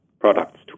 products